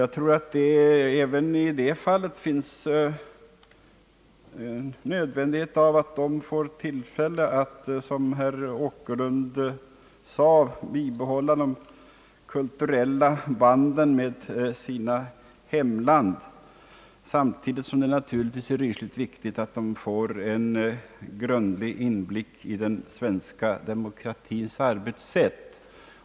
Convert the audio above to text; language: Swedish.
Jag tror att det är nödvändigt att också dessa andra grupper får möjlighet att, som herr Åkerlund uttryckte det, bibehålla de kulturella banden med sina hemländer. Samtidigt är det ytterst viktigt att de får en grundlig inblick i den svenska demokratins arbetssätt.